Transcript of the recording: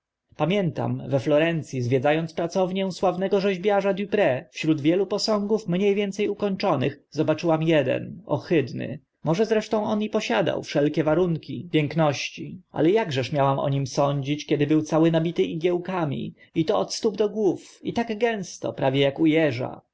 pamiętam we florenc i zwiedza ąc pracownię sławnego rzeźbiarza dupr wśród wielu posągów mnie więce ukończonych zobaczyłam eden ohydny może zresztą on i posiadał wszelkie warunki piękności ale akżeż miałam o nim sądzić kiedy był cały nabity igiełkami i to od stóp do głów i to gęsto prawie ak u